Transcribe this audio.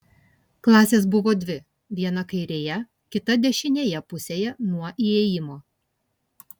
klasės buvo dvi viena kairėje kita dešinėje pusėje nuo įėjimo